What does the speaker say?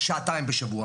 שעתיים בשבוע.